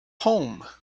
home